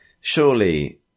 Surely